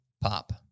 Pop